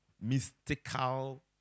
mystical